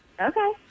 okay